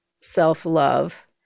self-love